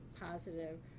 positive